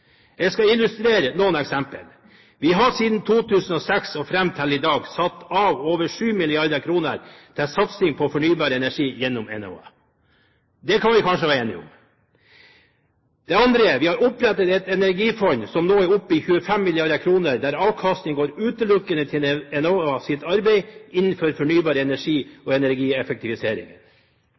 Jeg skal illustrere med noen eksempler: Vi har siden 2006 og fram til i dag satt av over 7 mrd. kr til satsing på fornybar energi gjennom Enova. Det kan vi kanskje være enige om. Videre har vi opprettet et energifond som nå er oppe i 25 mrd. kr, der avkastningen går utelukkende til Enovas arbeid innenfor fornybar energi og energieffektivisering.